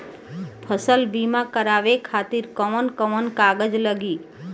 फसल बीमा करावे खातिर कवन कवन कागज लगी?